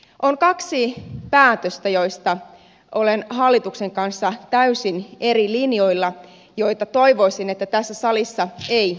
on kaksi päätöstä joista olen hallituksen kanssa täysin eri linjoilla joita toivoisin että tässä salissa ei tehtäisi